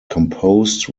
composed